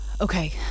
Okay